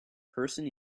person